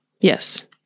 yes